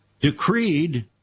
decreed